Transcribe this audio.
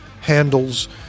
handles